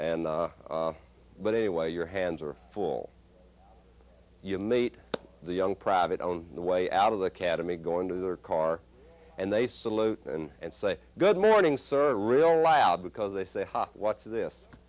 and but anyway your hands are full you mate the young private on the way out of the academy go into their car and they salute and say good morning sir real loud because they say hi what's this